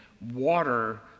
water